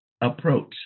approach